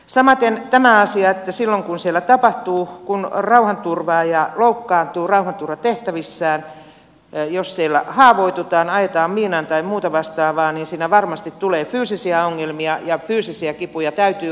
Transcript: samaten tämä asia että silloin kun siellä tapahtuu kun rauhanturvaaja loukkaantuu rauhanturvatehtävissään jos siellä haavoitutaan ajetaan miinaan tai muuta vastaavaa niin siinä varmasti tulee fyysisiä ongelmia ja fyysisiä kipuja täytyy hoitaa